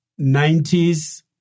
90s